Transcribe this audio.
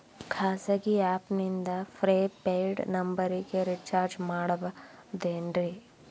ಖಾಸಗಿ ಆ್ಯಪ್ ನಿಂದ prepaid ನಂಬರಿಗ ರೇಚಾರ್ಜ್ ಮಾಡಬಹುದೇನ್ರಿ?